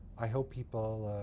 i hope people